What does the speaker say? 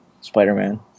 Spider-Man